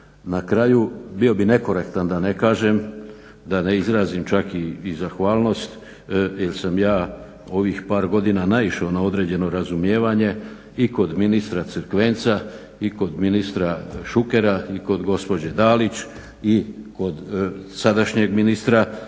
Na kraju, bio bi nekorektan da ne kažem, da ne izrazim čak i zahvalnost jer sam ja ovih par godina naišao na određeno razumijevanje i kod ministra Crkvenca, i kod ministra Šukera i kod gospođe Dalić, i kod sadašnjeg ministra.